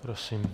Prosím.